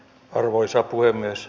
arvoisa puhemies